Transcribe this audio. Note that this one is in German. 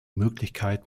möglichkeit